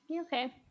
Okay